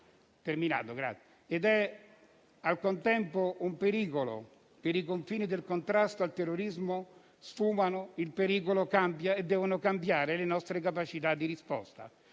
È al contempo un pericolo. I confini del contrasto al terrorismo sfumano, il pericolo cambia e devono cambiare le nostre capacità di risposta.